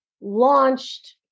launched